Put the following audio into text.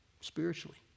spiritually